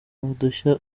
udushya